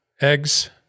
eggs